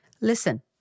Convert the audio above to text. Listen